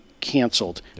canceled